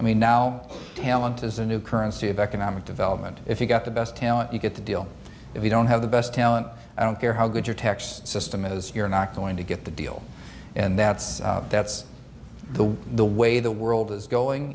i mean now talent is a new currency of economic development if you've got the best talent you get the deal if you don't have the best talent i don't care how good your tax system is you're not going to get the deal and that's that's the way the way the world is going